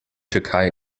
türkei